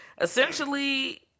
essentially